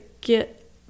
get